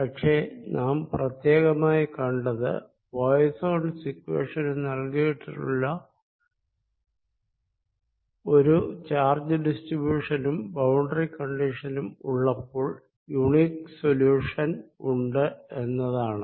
പക്ഷെ നാം പ്രത്യേകമായി കണ്ടത് പോയിസ്സോൻസ് ഇക്വേഷന് നൽകിയിട്ടുള്ള ഒരു ചാർജ് ഡിസ്ട്രിബ്യുഷനും ബൌണ്ടറി കണ്ടിഷനും ഉള്ളപ്പോൾ യൂണിക് സൊല്യൂഷൻ ഉണ്ട് എന്നതാണ്